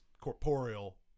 corporeal